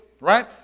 right